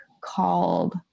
called